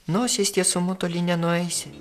nosies tiesumu toli nenueisi